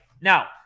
Now